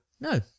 no